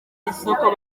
isoko